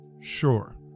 Sure